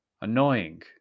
Annoying